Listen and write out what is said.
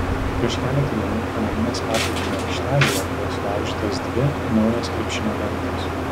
prieš keletą dienų panemunės paplūdimio aikštelėje buvo sulaužytos dvi naujos krepšinio lentos